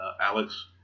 Alex